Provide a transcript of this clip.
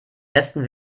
besten